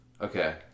Okay